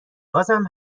بازم